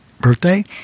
birthday